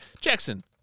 Jackson